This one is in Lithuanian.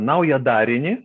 naują darinį